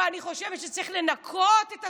ואני חושבת שצריך לנקות את הסביבה,